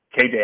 KJ